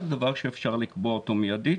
אבל זה דבר שאפשר לקבוע אותו מידית.